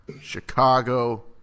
Chicago